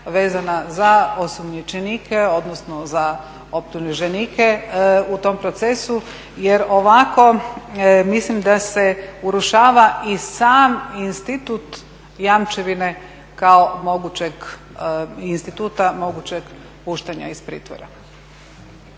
vezana za osumnjičenike, odnosno za optuženike u tom procesu jer ovako mislim da se urušava i sam institut jamčevine kao mogućeg, instituta mogućeg puštanja iz pritvora.